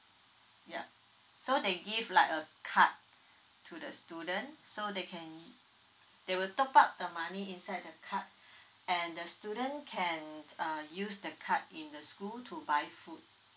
yeah so they give like a card to the student so they can they will top up the money inside the card and the student can uh use that card in the school to buy food